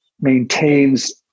maintains